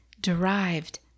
derived